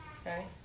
Okay